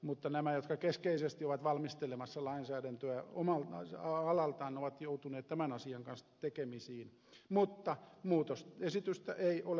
mutta nämä jotka keskeisesti ovat valmistelemassa lainsäädäntöä omalta alaltaan ovat joutuneet tämän asian kanssa tekemisiin mutta muutosesitystä ei ole tullut